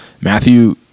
matthew